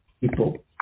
People